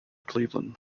cleveland